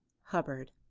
hubbard.